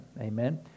Amen